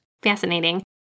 fascinating